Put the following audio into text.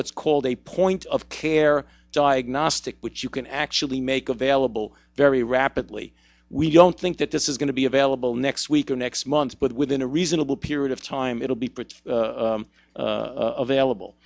what's called a point of care diagnostic which you can actually make available very rapidly we don't think that this is going to be available next week or next month but within a reasonable period of time it'll be parts available